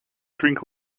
drink